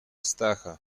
stacha